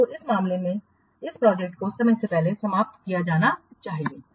तो इस मामले में इस प्रोजेक्ट को समय से पहले समाप्त किया जाना है